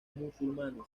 musulmanes